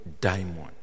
diamond